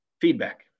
feedback